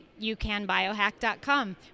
youcanbiohack.com